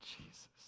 Jesus